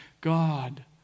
God